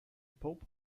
pope